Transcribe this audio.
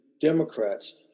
Democrats